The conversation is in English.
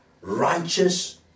righteous